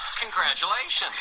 Congratulations